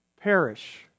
perish